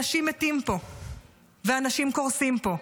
אנשים מתים פה ואנשים קורסים פה,